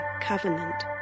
covenant